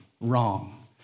wrong